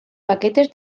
paquetes